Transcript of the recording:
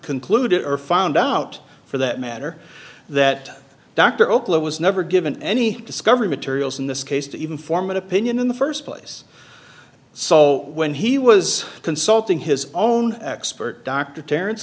concluded or found out for that matter that dr okola was never given any discovery materials in this case to even form an opinion in the first place so when he was consulting his own expert dr ter